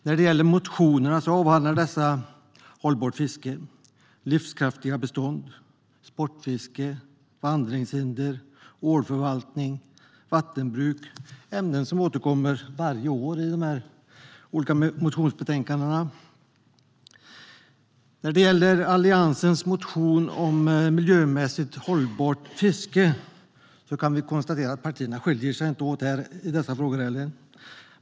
När det gäller motionerna avhandlar dessa hållbart fiske, livskraftiga bestånd, sportfiske, vandringshinder, ålförvaltning och vattenbruk. Det är ämnen som återkommer varje år i de olika motionsbetänkandena. När det gäller Alliansens motion om miljömässigt hållbart fiske kan vi konstatera att partierna inte heller skiljer sig åt i dessa frågor.